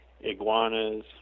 Iguanas